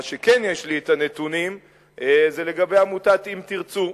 מה שכן יש לי זה נתונים לגבי עמותת "אם תרצו".